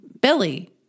Billy